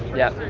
yeah